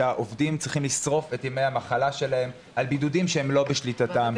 שהעובדים צריכים לשרוף את ימי המחלה שלהם על בידודים שהם לא בשליטתם.